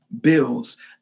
bills